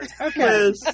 Okay